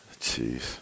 Jeez